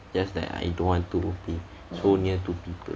just that I don't want to be so near to people